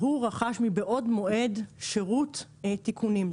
והוא רכש מבעוד מועד שירות תיקונים.